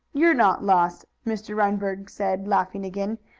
you're not lost, mr. reinberg said, laughing again.